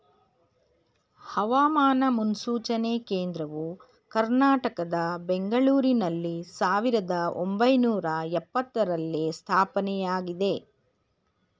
ಹವಾಮಾನ ಮುನ್ಸೂಚನೆ ಕೇಂದ್ರವು ಕರ್ನಾಟಕದ ಬೆಂಗಳೂರಿನಲ್ಲಿ ಸಾವಿರದ ಒಂಬೈನೂರ ಎಪತ್ತರರಲ್ಲಿ ಸ್ಥಾಪನೆಯಾಗಿದೆ